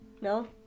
No